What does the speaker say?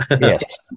Yes